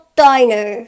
diner